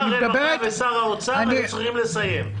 שר הרווחה ושר האוצר היו צריכים לסיים.